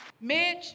mitch